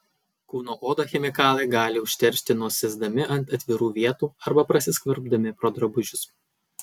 kūno odą chemikalai gali užteršti nusėsdami ant atvirų vietų arba prasiskverbdami pro drabužius